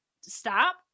stop